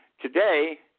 today